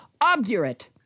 Obdurate